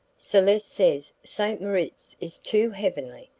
celeste says st. moritz is too heavenly,